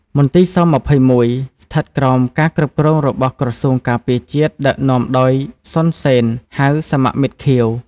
មន្ទីរស-២១ ស្ថិតក្រោមការគ្រប់គ្រងរបស់ក្រសួងការពារជាតិដឹកនាំដោយ សុន សេន ហៅ សមមិត្តខៀវ។